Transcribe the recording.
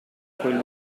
quel